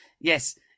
yes